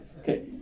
Okay